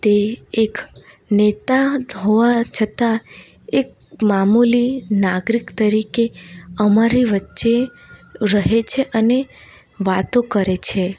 તે એક નેતા હોવા છતાં એક મામૂલી નાગરિક તરીકે અમારી વચ્ચે રહે છે અને વાતો કરે છે